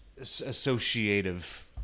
associative